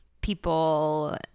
people